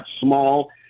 small